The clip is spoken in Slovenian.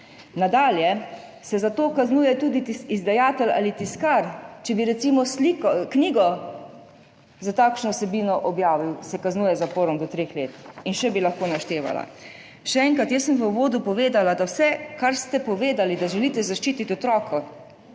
Nadalje se za to kaznuje tudi izdajatelja ali tiskarja, če bi recimo objavil knjigo s takšno vsebino, z zaporom do treh let, in še bi lahko naštevala. Še enkrat, jaz sem v uvodu povedala, da vse, kar ste povedali, da želite zaščititi otroka,